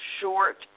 short